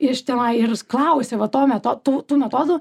iš tenai ir jis klausė va to meto tų tų metodų